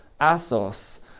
Assos